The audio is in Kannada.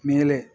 ಮೇಲೆ